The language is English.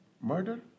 Murder